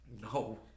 No